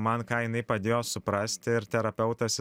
man ką jinai padėjo suprasti ir terapeutas